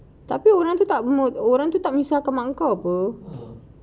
tapi orang tu tak menyusahkan mak kau